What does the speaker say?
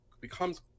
becomes